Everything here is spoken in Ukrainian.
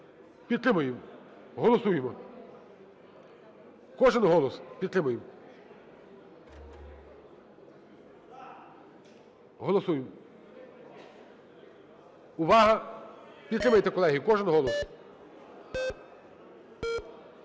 Підтримуємо. Голосуємо. Кожен голос. Підтримуємо. Голосуємо. увага, підтримайте, колеги, кожен голос.